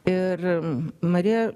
ir marija